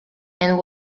and